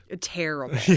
terrible